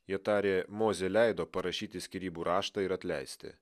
jie tarė mozė leido parašyti skyrybų raštą ir atleisti